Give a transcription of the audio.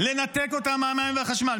לנתק אותם ממים ומחשמל.